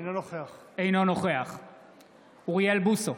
אינו נוכח אוריאל בוסו,